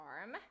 arm